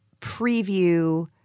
preview